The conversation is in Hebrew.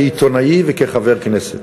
כעיתונאי וכחבר כנסת.